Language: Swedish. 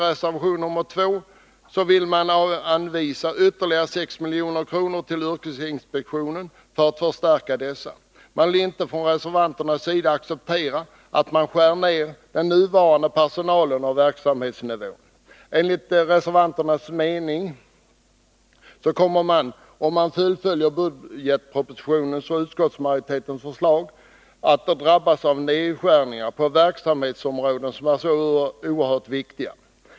I reservation 2 krävs att ytterligare 6 milj.kr. anvisas för att förstärka yrkesinspektipnen. Reservanterna vill inte acceptera att man skär ner den nuvarande personalstyrkan och verksamhetsnivån. Enligt reservanternas mening kommer man, om budgetpropositionens och utskottsmajoritetens förslag fullföljs, att drabbas av nedskärningar på ett verksamhetsområde som är oerhört viktigt.